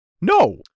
No